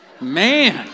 man